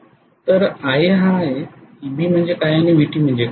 तर Ia हा Eb म्हणजे काय आणि Vt काय आहे